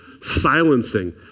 silencing